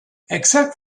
except